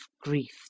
grief